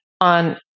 on